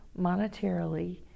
monetarily